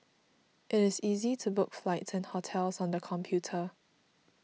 it is easy to book flights and hotels on the computer